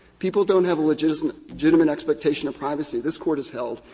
people don't have a legitimate legitimate expectation of privacy, this court has held,